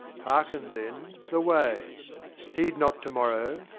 hearken, then, the way heed not to-morrow,